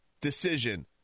decision